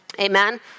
Amen